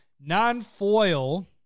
non-foil